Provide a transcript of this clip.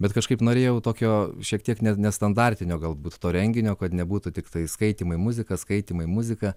bet kažkaip norėjau tokio šiek tiek ne nestandartinio galbūt to renginio kad nebūtų tiktai skaitymai muzika skaitymai muzika